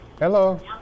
Hello